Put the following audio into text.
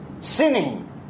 sinning